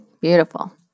Beautiful